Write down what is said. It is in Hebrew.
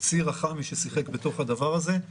--- ששיחק בתוך הדבר הזה,